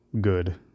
good